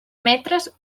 metres